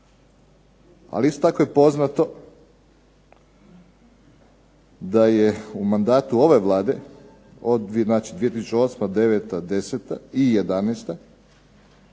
ali isto tako je poznato da je u mandatu ove Vlade od, znači 2008., 2009., 2010. i 2011.